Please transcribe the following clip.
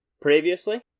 previously